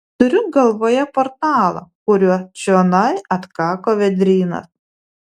turiu galvoje portalą kuriuo čionai atkako vėdrynas